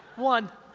one.